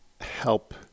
help